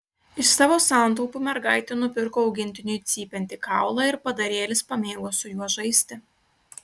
iš savo santaupų mergaitė nupirko augintiniui cypiantį kaulą ir padarėlis pamėgo su juo žaisti